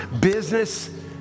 business